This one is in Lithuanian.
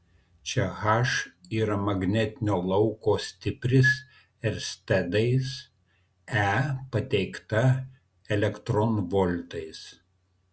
čia h yra magnetinio lauko stipris erstedais e pateikta elektronvoltais